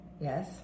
yes